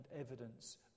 evidence